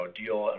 deal